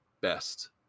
best